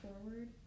forward